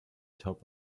top